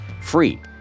free